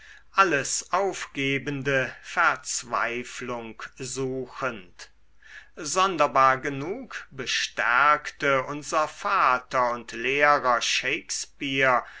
alles aufgebende verzweiflung suchend sonderbar genug bestärkte unser vater und lehrer shakespeare